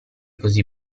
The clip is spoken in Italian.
così